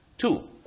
Two